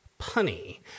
punny